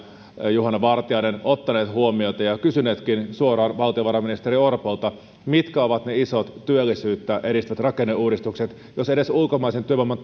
juhana vartiainen kiinnittäneet huomiota ja kysyneetkin suoraan valtiovarainministeri orpolta mitkä ovat ne isot työllisyyttä edistävät rakenneuudistukset jos edes ulkomaisen työvoiman